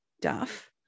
Duff